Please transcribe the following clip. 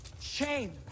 Shame